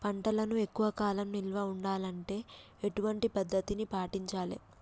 పంటలను ఎక్కువ కాలం నిల్వ ఉండాలంటే ఎటువంటి పద్ధతిని పాటించాలే?